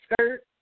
skirt